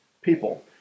people